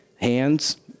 hands